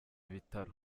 bitaro